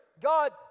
God